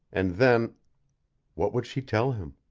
and then what would she tell him?